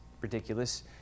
ridiculous